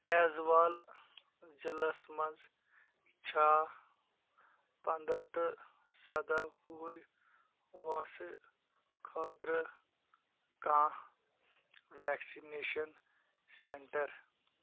as وَل ضلعس مَنٛز چھا پنٛداہ ٹُو سَداہ وُہٕرۍ وٲنٛسہِ خٲطرٕ کانٛہہ ویکسِنیٚشن سینٛٹر